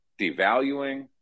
devaluing